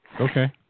Okay